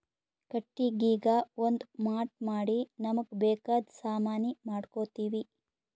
ಕಟ್ಟಿಗಿಗಾ ಒಂದ್ ಮಾಟ್ ಮಾಡಿ ನಮ್ಮ್ಗ್ ಬೇಕಾದ್ ಸಾಮಾನಿ ಮಾಡ್ಕೋತೀವಿ